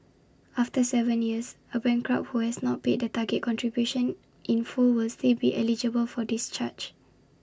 after Seven years A bankrupt who has not paid the target contribution in full will still be eligible for discharge